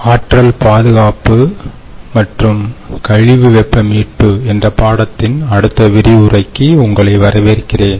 ஆற்றல் பாதுகாப்பு மற்றும் கழிவு வெப்பம் மீட்பு என்ற பாடத்தின் அடுத்த விரிவுரைக்கு உங்களை வரவேற்கிறேன்